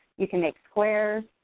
you can make squares.